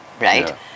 right